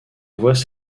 voient